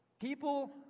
people